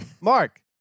Mark